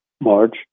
March